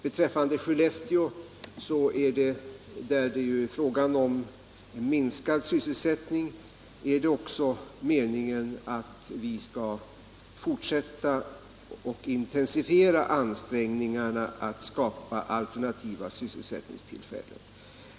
Beträffande Skellefteå, där det är fråga om minskad sysselsättning, är det också meningen att vi skall fortsätta och intensifiera ansträngningarna att skapa alternativa sysselsättningstillfällen.